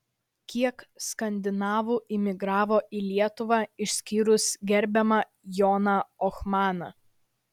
kiek skandinavų imigravo į lietuvą išskyrus gerbiamą joną ohmaną